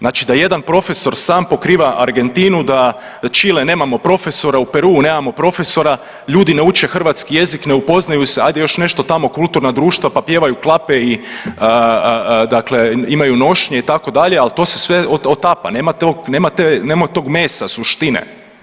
Znači da jedan profesor sam pokriva Argentinu, da Chile nemamo profesora, u Peru nemamo profesora, ljudi ne uče hrvatski jezik, ne upoznaju se, ajde još nešto tamo kulturna društva pa pjevaju klape i dakle imaju nošnje itd., ali to se sve otapa, nema tog mesa, suštine.